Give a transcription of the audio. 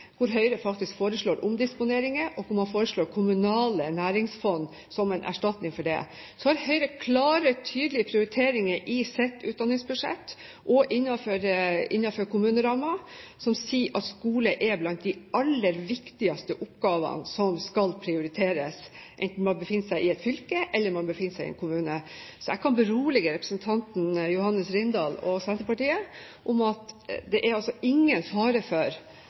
hvor Høyre faktisk foreslår omdisponeringer og kommunale næringsfond som en erstatning for det. Høyre har klare, tydelige prioriteringer i sitt utdanningsbudsjett og innenfor kommunerammen, som sier at skole er blant de aller viktigste oppgavene som skal prioriteres, enten man befinner seg i et fylke, eller man befinner seg i en kommune. Så jeg kan berolige representanten Johannes Rindal og Senterpartiet med at det ikke er noen fare for